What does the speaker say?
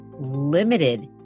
limited